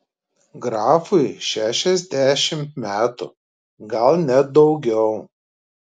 grafui šešiasdešimt metų gal net daugiau